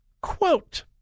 Quote